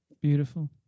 Beautiful